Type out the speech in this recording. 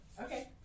Okay